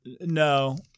No